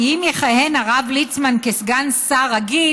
כי אם יכהן הרב ליצמן כסגן שר 'רגיל',